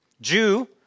Jew